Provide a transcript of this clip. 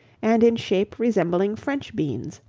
and in shape resembling french beans,